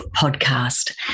Podcast